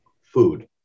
food